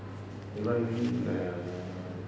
even err